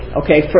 okay